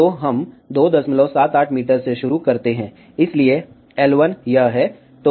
तो हम 278 मीटर से शुरू करते हैं इसलिए L1 यह है